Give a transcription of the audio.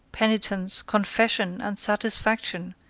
penitence, confession, and satisfaction,